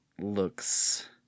looks